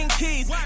keys